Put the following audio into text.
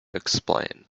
explain